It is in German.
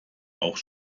auch